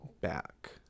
back